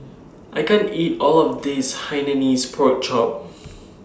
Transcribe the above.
I can't eat All of This Hainanese Pork Chop